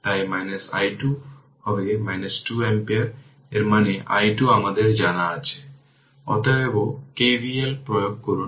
সুতরাং এই unit function unit time function define করুন